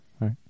right